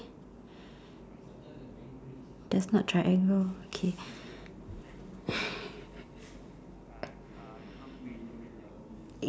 that's not triangle okay